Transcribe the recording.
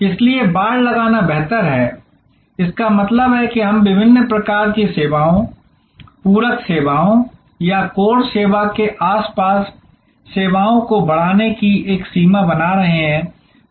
इसलिए बाड़ लगाना बेहतर हैं इसका मतलब है कि हम विभिन्न प्रकार की सेवाओं पूरक सेवाओं या कोर सेवा के आसपास सेवाओं को बढ़ाने की एक सीमा बना रहे हैं